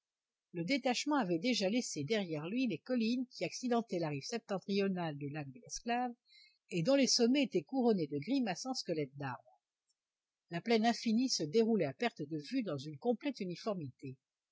le détachement avait déjà laissé derrière lui les collines qui accidentaient la rive septentrionale du lac de l'esclave et dont les sommets étaient couronnés de grimaçants squelettes d'arbres la plaine infinie se déroulait à perte de vue dans une complète uniformité